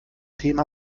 thema